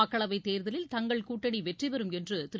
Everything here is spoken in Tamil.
மக்களவை தேர்தலில் தங்கள் கூட்டணி வெற்றிபெறும் என்று திரு